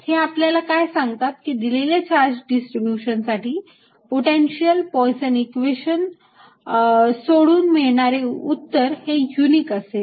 हे आपल्याला काय सांगतात की दिलेल्या चार्ज डिस्ट्रीब्यूशन साठी potential Poisson equation Poisson's equations सोडवून मिळणारे उत्तर हे युनिक असेल